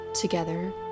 together